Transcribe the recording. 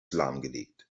lahmgelegt